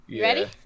Ready